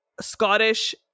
Scottish